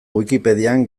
wikipedian